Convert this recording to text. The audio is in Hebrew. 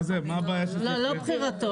מה הבעיה --- לא, לא בחירתו.